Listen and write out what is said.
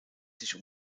sich